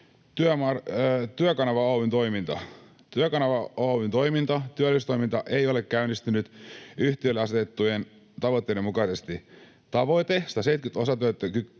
Työkanava Oy:n toimintaa: Työkanava Oy:n työllistämistoiminta ei ole käynnistynyt yhtiölle asetettujen tavoitteiden mukaisesti. Tavoite 170